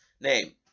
name